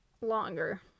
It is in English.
longer